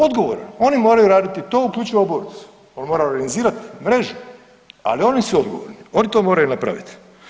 Odgovoran oni moraju raditi to uključivo u bolnicu, on mora organizirati mrežu, ali oni su odgovorni, oni to moraju napraviti.